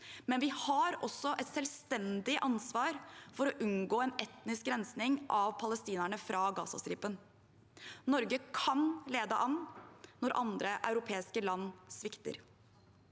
men vi har også et selvstendig ansvar for å unngå en etnisk rensing av palestinerne fra Gazastripen. Norge kan lede an når andre europeiske land svikter.